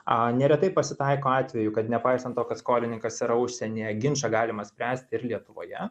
a neretai pasitaiko atvejų kad nepaisant to kad skolininkas yra užsienyje ginčą galima spręsti ir lietuvoje